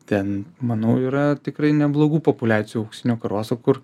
ten manau yra tikrai neblogų populiacijų auksinio karoso kur